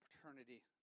paternity